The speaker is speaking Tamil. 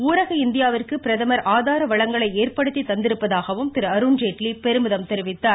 ஊரக இந்தியாவிற்கு பிரதமர் ஆதார வளங்களை ஏற்படுத்தி தந்திருப்பதாகவும் திரு அருண்ஜேட்லி பெருமிதம் தெரிவித்தார்